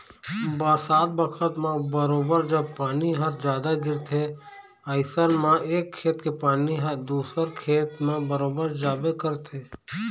बरसात बखत म बरोबर जब पानी ह जादा गिरथे अइसन म एक खेत के पानी ह दूसर खेत म बरोबर जाबे करथे